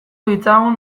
ditzagun